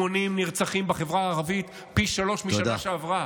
80 נרצחים בחברה הערבית, פי שלושה מבשנה שעברה,